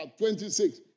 26